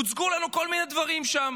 הוצגו לנו כל מיני דברים שם.